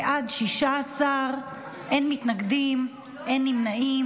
בעד, 16, אין מתנגדים, אין נמנעים.